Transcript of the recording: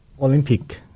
Olympic